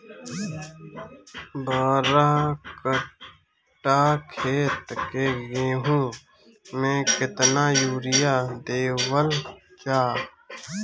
बारह कट्ठा खेत के गेहूं में केतना यूरिया देवल जा?